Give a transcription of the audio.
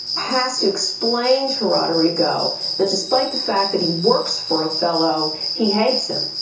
has to explain to roderigo that despite the fact that he works for othello, he hates him,